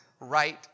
right